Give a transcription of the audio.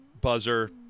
buzzer